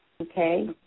Okay